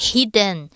Hidden